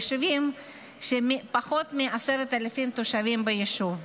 יישובים של פחות מ-10,000 תושבים ביישוב.